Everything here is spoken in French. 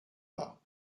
pas